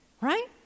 right